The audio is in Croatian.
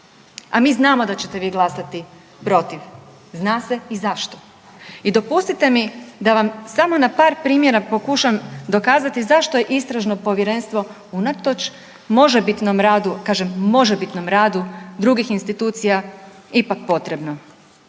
A mi znamo da ćete vi glasati protiv. Zna se i zašto. I dopustite mi da vam samo na par primjera pokušam dokazati zašto je Istražno povjerenstvo unatoč možebitnom radu kažem možebitnom radu drugih institucija ipak potrebno.